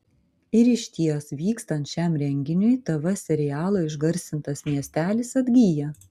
ir išties vykstant šiam renginiui tv serialo išgarsintas miestelis atgyja